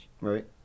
right